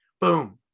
Boom